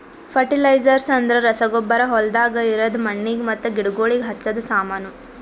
fertilisers ಅಂದ್ರ ರಸಗೊಬ್ಬರ ಹೊಲ್ದಾಗ ಇರದ್ ಮಣ್ಣಿಗ್ ಮತ್ತ ಗಿಡಗೋಳಿಗ್ ಹಚ್ಚದ ಸಾಮಾನು